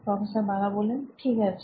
professor Bala ঠিক আছে